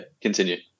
continue